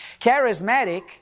Charismatic